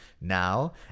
now